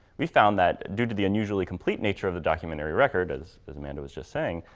we found that due to the unusually complete nature of the documentary record, as as amanda was just saying,